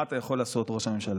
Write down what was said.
מה אתה יכול לעשות, ראש הממשלה?